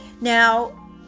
Now